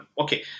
Okay